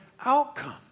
outcome